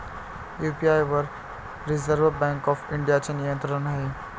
UPI वर reserve bank of इंडियाचे नियंत्रण आहे